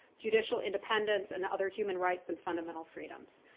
judicial independence, and other human rights and fundamental freedoms.